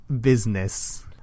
business